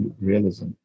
realism